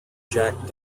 jack